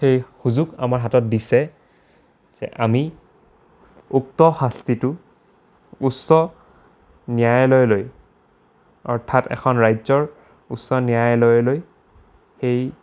সেই সুযোগ আমাৰ হাতত দিছে যে আমি উক্ত শাস্তিটো উচ্চ ন্যায়ালয়লৈ অৰ্থাৎ এখন ৰাজ্যৰ উচ্চ ন্যায়ালয়লৈ সেই